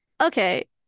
Okay